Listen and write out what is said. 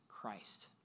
Christ